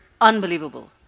unbelievable